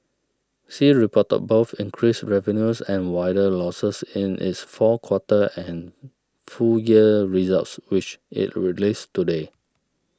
sea reported both increased revenues and wider losses in its fourth quarter and full year results which it released today